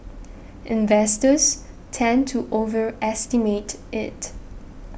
investors tend to overestimate it